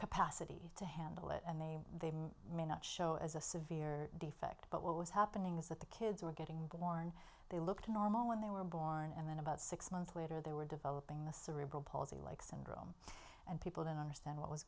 capacity to handle it and they may not show as a severe defect but what was happening is that the kids were getting born they looked normal when they were born and then about six months later they were developing the cerebral palsy legs and people didn't understand what was